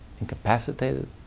Incapacitated